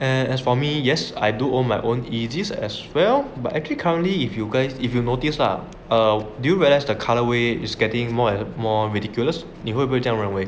and as for me yes I do all my own my own easy as well but actually currently if you guys if you notice lah err do you realize the colourway is getting more and more ridiculous 你会不会这样认为